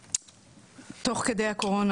תוך כדי הקורונה,